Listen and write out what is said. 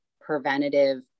preventative